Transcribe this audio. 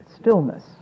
stillness